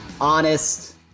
honest